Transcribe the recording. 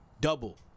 Double